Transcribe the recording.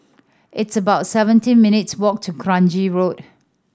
it's about seventeen minutes' walk to Kranji Road